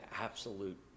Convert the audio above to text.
absolute